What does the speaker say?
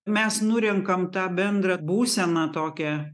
mes nurenkam tą bendrą būseną tokią